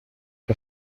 que